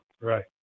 Right